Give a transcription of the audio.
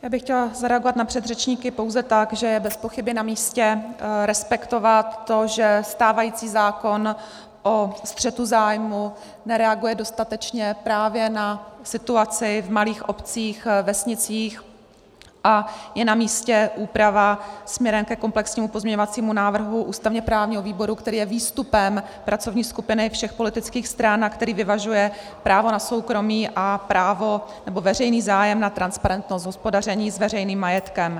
Já bych chtěla zareagovat na předřečníky pouze tak, že je bezpochyby namístě respektovat to, že stávající zákon o střetu zájmů nereaguje dostatečně právě na situaci v malých obcích, vesnicích, a je namístě úprava směrem ke komplexnímu pozměňovacímu návrhu ústavněprávního výboru, který je výstupem pracovní skupiny všech politických stran a který vyvažuje právo na soukromí a právo, nebo veřejný zájem na transparentnosti hospodaření s veřejným majetkem.